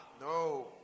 No